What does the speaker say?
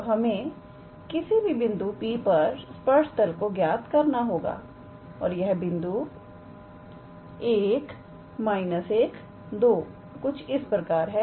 तो हमें किसी भी बिंदु P पर स्पर्श तल को ज्ञात करना होगा और यह बिंदु 1 12 कुछ इस प्रकार है